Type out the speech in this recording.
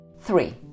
Three